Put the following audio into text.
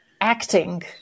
acting